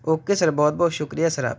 okay sir بہت بہت شکریہ سر آپ کا